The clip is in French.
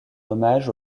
hommage